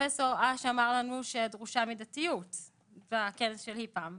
פרופסור אש אמר לנו שדרושה מדתיות בכנס שלי פעם,